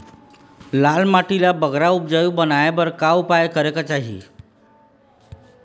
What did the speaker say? लाल माटी ला बगरा उपजाऊ बनाए बर का उपाय करेक चाही?